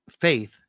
faith